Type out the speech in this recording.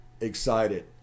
excited